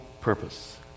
purpose